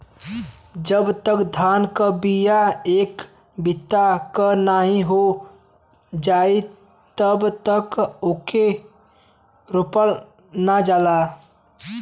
जब तक धान के बिया एक बित्ता क नाहीं हो जाई तब तक ओके रोपल ना जाला